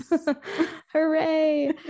Hooray